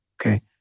Okay